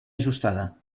ajustada